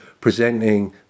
presenting